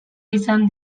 izan